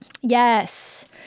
Yes